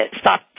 stop